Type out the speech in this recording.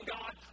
God